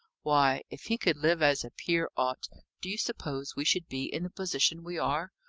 why, if he could live as a peer ought, do you suppose we should be in the position we are?